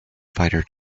fighter